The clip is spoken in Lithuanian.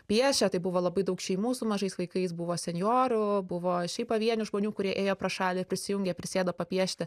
piešė tai buvo labai daug šeimų su mažais vaikais buvo senjorų buvo šiaip pavienių žmonių kurie ėjo pro šalį ir prisijungė prisėdo papiešti